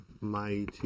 mighty